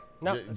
No